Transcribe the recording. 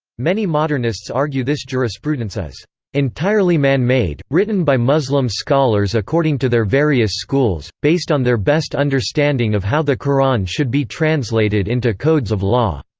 many modernists argue this jurisprudence is entirely man-made, written by muslim scholars according to their various schools, based on their best understanding understanding of how the qur'an should be translated into codes of law.